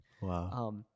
Wow